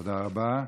תודה רבה.